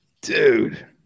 dude